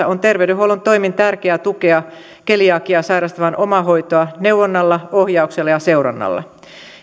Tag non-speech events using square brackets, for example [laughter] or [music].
[unintelligible] on terveydenhuollon toimin tärkeää tukea keliakiaa sairastavan omahoitoa neuvonnalla ohjauksella ja seurannalla